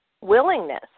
willingness